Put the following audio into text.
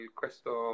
questo